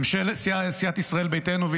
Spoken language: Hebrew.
סיעת ישראל ביתנו,